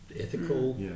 ethical